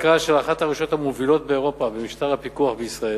הכרה של אחת הרשויות המובילות באירופה במשטר הפיקוח בישראל.